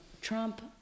Trump